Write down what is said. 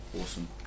Awesome